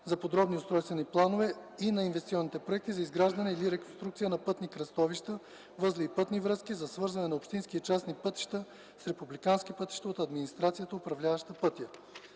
за подробни устройствени планове и на инвестиционните проекти за изграждане или реконструкция на пътни кръстовища, възли и пътни връзки за свързване на общински и частни пътища с републикански пътища от администрацията, управляваща пътя.